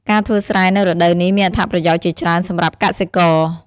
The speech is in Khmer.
ការធ្វើស្រែនៅរដូវនេះ មានអត្ថប្រយោជន៍ជាច្រើនសម្រាប់កសិករ។